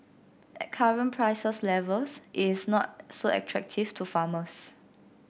at current prices levels it's not so attractive to farmers